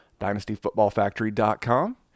DynastyFootballFactory.com